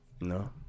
No